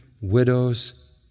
widows